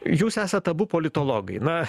jūs esat abu politologai na